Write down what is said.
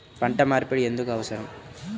పంట మార్పిడి ఎందుకు అవసరం?